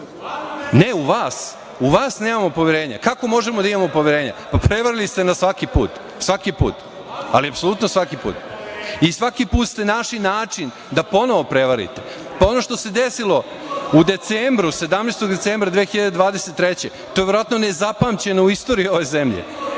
U vas, u vas nemamo poverenja. Kako možemo da imamo poverenja, prevarili ste nas svaki put? Svaki put, ali apsolutno svaki put i svaki put ste našli način da ponovo prevarite. Ono što se desilo u decembru, 17. decembra 2023. godine to je verovatno nezapamćeno u istoriji ove zemlje,